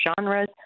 genres